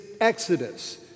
exodus